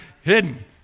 hidden